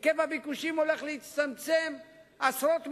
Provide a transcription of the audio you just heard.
היקף הביקושים הולך להצטמצם עשרות מונים.